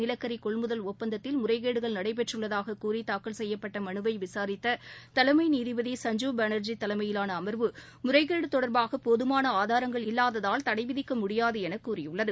நிலக்கரிகொள்முதல் ஒப்பந்தத்தில் முறைகேடுகள் நடைபெற்றுள்ளதாககூறிதாக்கல் செய்யப்பட்டமனுவைவிசாரித்ததலைமைநீதிபதி சஞ்சீவ் பானர்ஜி தலைமையிலானஅமர்வு முறைகேடுதொடர்பாகபோதுமானஆதாரங்கள் இல்லாததால் தடைவிதிக்கமுடியாதுஎனகூறியுள்ளது